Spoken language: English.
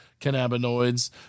cannabinoids